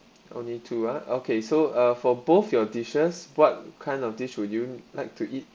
only two ah okay so uh for both your dishes what kind of dish would you like to eat